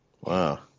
Wow